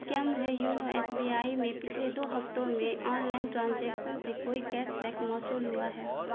کیا مجھے YONO S B I میں پچھلے دو ہفتوں میں آن لائن ٹرانجیکسن سے کوئی کیس بیک موصول ہوا ہے